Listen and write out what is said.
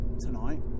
tonight